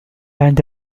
عند